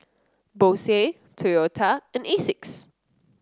Bose Toyota and Asics